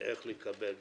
ואיך לקבל וכו'.